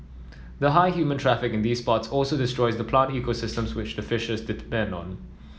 the high human traffic in these spots also destroys the plant ecosystems which the fishes depend on